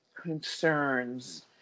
concerns